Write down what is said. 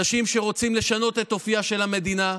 אנשים שרוצים לשנות את אופייה של המדינה,